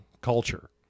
culture